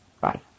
Bye